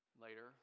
Later